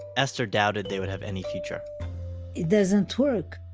esther doubted they would have any future. it doesn't work.